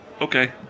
Okay